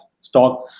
stock